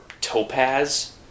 topaz